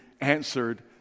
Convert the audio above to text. answered